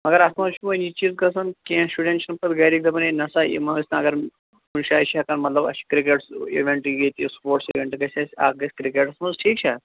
مگر اتھ منٛز چھُ وۄنۍ یہِ چیٖز گژھن کینٛہہ شُرٮ۪ن چھِنہٕ پَتہٕ گرِکۍ دَپَان ییٚتہِ نَسا یِم ٲسۍ نہٕ اگر کُنہِ جایہِ چھِ ہٮ۪کان مطلب اَسہِ چھِ کِرکٹ اِوٮ۪نٛٹ ییٚتہِ سپوٹٕس اِوینٛٹ گژھِ اَسہِ اکھ گژھِ کِرکٹس منٛز ٹھیٖک چھا